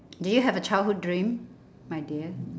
do you have a childhood dream my dear